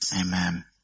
Amen